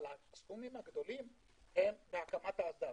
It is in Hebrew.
אבל הסכומים הגדולים הם בהקמת האסדה.